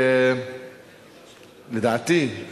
לדעתי,